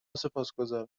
سپاسگزارم